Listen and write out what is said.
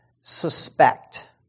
suspect